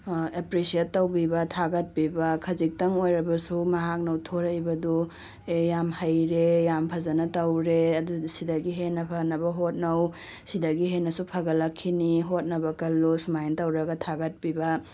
appreciate ꯇꯧꯕꯤꯕ ꯊꯥꯒꯠꯄꯤꯕ ꯈꯖꯤꯛꯇꯪ ꯑꯣꯏꯔꯕꯁꯨ ꯝꯍꯥꯛꯅ ꯎꯠꯊꯣꯔꯛꯏꯕ ꯑꯗꯨ ꯑꯦ ꯌꯥꯝ ꯍꯩꯔꯦ ꯌꯥꯝ ꯐꯖꯅ ꯇꯧꯔꯦ ꯁꯤꯗꯒꯤ ꯍꯦꯟꯅ ꯐꯅꯕ ꯍꯣꯠꯅꯧ ꯁꯤꯗꯒꯤ ꯍꯦꯟꯅꯁꯨ ꯐꯒꯠꯂꯛꯈꯤꯅꯤ ꯍꯣꯠꯅꯕ ꯀꯜꯂꯨ ꯁꯨꯃꯥꯏꯅ ꯇꯧꯔꯒ ꯊꯥꯒꯠꯄꯤꯕ